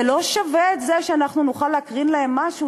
זה לא שווה את זה שאנחנו נוכל להקרין להם משהו?